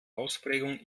ausprägung